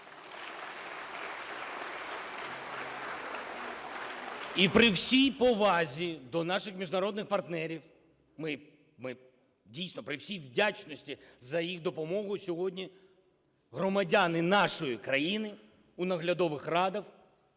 І при всій повазі до наших міжнародних партнерів, ми, дійсно, при всій вдячності за їх допомогу, сьогодні громадяни нашої країни у наглядових радах